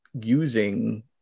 using